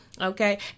Okay